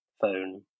phone